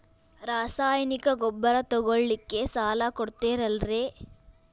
ರಾಸಾಯನಿಕ ಗೊಬ್ಬರ ತಗೊಳ್ಳಿಕ್ಕೆ ಸಾಲ ಕೊಡ್ತೇರಲ್ರೇ?